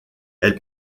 elle